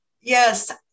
Yes